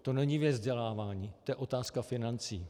To není věc vzdělávání, to je otázka financí.